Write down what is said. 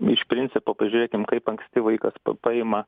iš principo pažiūrėkim kaip anksti vaikas paima